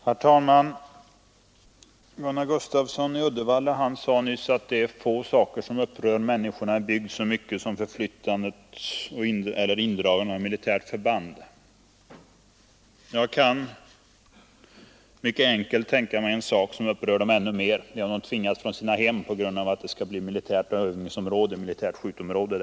Herr talman! Herr Gustafsson i Uddevalla sade nyss att det är få saker som upprör människorna i en bygd så mycket som förflyttandet eller indragandet av militärt förband. Jag kan tänka mig en sak som upprör dem mycket mer, nämligen när de tvingas från sina hem på grund av att det där skall bli militärt övningseller skjutområde.